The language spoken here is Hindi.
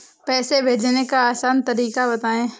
पैसे भेजने का आसान तरीका बताए?